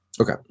Okay